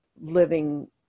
living